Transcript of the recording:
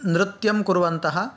नृत्यं कुर्वन्तः